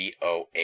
BOA